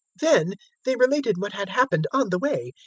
then they related what had happened on the way,